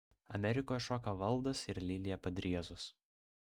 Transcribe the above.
amerikoje šoka valdas ir lilija padriezos